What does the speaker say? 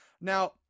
Now